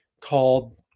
called